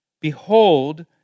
Behold